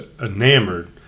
enamored